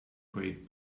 great